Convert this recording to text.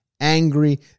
angry